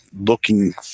looking